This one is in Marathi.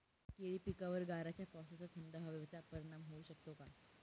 केळी पिकावर गाराच्या पावसाचा, थंड हवेचा परिणाम होऊ शकतो का?